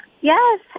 Yes